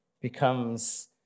becomes